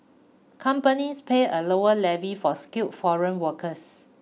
companies pay a lower levy for skilled foreign workers